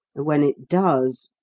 when it does